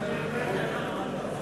בשמה של שרת המשפטים הנני להשיב: